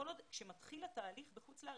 כאשר מתחיל התהליך בחוץ לארץ,